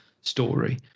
story